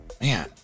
man